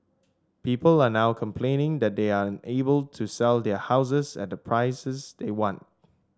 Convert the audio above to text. people are now complaining that they are unable to sell their houses at the prices they want